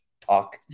talk